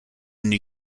new